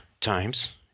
times